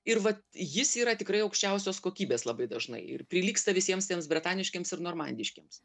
ir vat jis yra tikrai aukščiausios kokybės labai dažnai ir prilygsta visiems jiems bretaniškiems ir normandiškiems